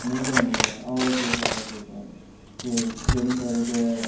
maintain பண்ணிக்குவாங்க ஆ okay sir okay sir சரிங் சரிங்க சார் இப்போ